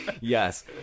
yes